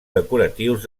decoratius